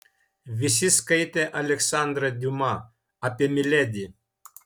visi skaitė aleksandrą diuma apie miledi